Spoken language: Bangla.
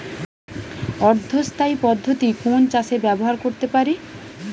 অর্ধ স্থায়ী পদ্ধতি কোন চাষে ব্যবহার করতে পারি?